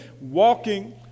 Walking